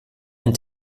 ein